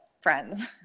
friends